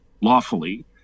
lawfully